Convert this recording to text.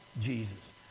Jesus